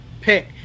pick